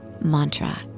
mantra